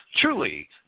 Truly